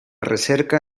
recerca